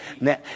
now